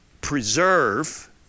preserve